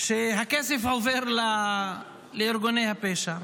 שהכסף עובר לארגוני הפשע.